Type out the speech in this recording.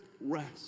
rest